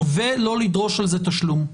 ולא לדרוש על זה תשלום?